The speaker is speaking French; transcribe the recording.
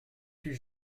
fût